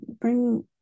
bring